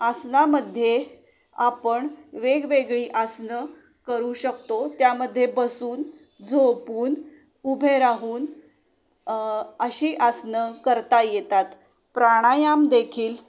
आसनामध्ये आपण वेगवेगळी आसनं करू शकतो त्यामध्ये बसून झोपून उभे राहून अशी आसनं करता येतात प्राणायामदेखील